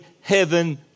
heaven